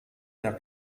der